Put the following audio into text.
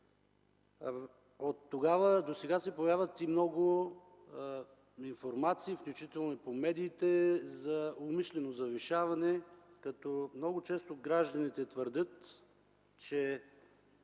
От тогава до сега се появяват много информации, включително и по медиите, за умишлено завишаване, като много често гражданите твърдят, че